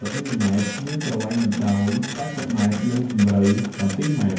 ០ មីលីម៉ែត្រ មានប្រវែងបណ្តោយ ៨០ម៉ែត្រ និងជម្រៅ ៧ម៉ែត្រ។